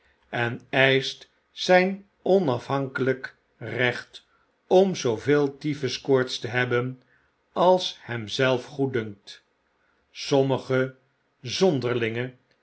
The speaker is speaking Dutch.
en eischt zijn onafhankelflk recht om zooveel typhus koorts te hebben als hem zelf goeddunkt sommige zonderlinge